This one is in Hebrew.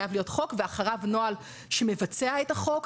חייב להיות חוק ואחריו נוהל שמבצע את החוק.